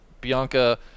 Bianca